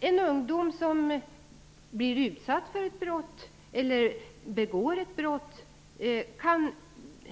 En ungdom som blir utsatt för ett brott eller begår ett brott